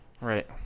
Right